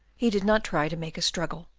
he did not try to make a struggle,